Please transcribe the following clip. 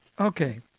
Okay